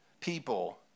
people